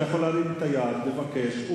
אתה יכול להרים את היד, לבקש.